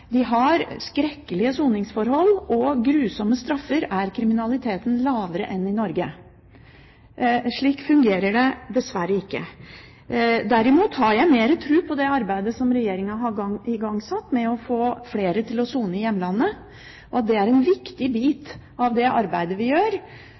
de har skrekkelige soningsforhold og grusomme straffer, er kriminaliteten lavere enn i Norge. Slik fungerer det dessverre ikke. Derimot har jeg mer tro på det arbeidet som regjeringen har igangsatt, med å få flere til å sone i hjemlandet. Det er en viktig